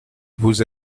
vous